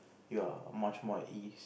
you're much more at ease